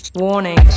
warning